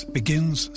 begins